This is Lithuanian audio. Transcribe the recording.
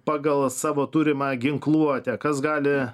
pagal savo turimą ginkluotę kas gali